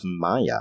Maya